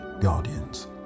Guardians